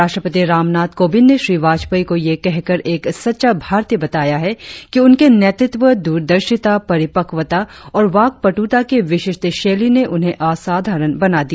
राष्ट्रपति रामनाथ कोविंद ने श्री वाजपेयी को यह कहकर एक सच्चा भारतीय बताया है कि उनके नेतृत्व दूरदर्शिता परिपक्वता और वाकपटुता की विशिष्ट शैली ने उन्हें असाधारण बना दिया